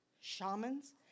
shamans